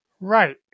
Right